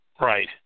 Right